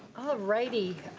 alrighty.